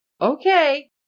okay